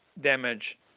damage